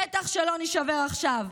בטח שלא נישבר עכשיו.